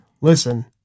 listen